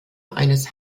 eines